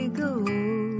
go